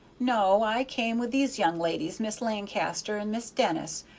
no. i came with these young ladies, miss lancaster and miss denis,